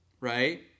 right